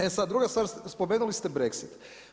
E sada, druga stvar, spomenuli ste Brexit.